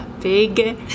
big